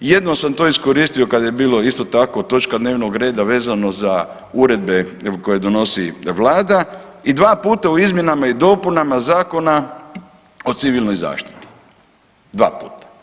Jednom sam to iskoristio kad je bilo isto tako točka dnevnog reda vezano za uredbe koje donosi Vlada i dva puta u izmjenama i dopunama Zakona o civilnoj zaštiti, dva puta.